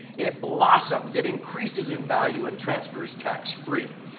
it blossoms. it increases in value and transfers tax-free.